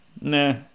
Nah